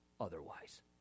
otherwise